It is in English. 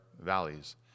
valleys